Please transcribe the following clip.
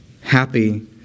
happy